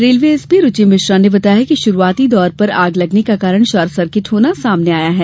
railway SP Ruchi Mishra ने बताया है कि शुरूआती दौर पर आग लगने का कारण शॉर्ट सर्किट होना सामने आया है